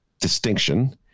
distinction